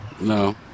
No